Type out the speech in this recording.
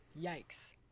Yikes